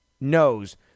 knows